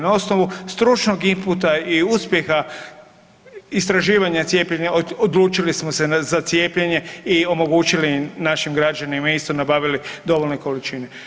Na osnovu stručnog inputa i uspjeha istraživanja cijepljenja odlučili smo se za cijepljenje i omogućili našim građanima, isto nabavili dovoljne količine.